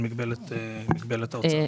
על מגבלת ההוצאה.